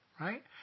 right